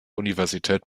universität